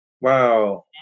Wow